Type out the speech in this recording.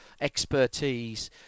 expertise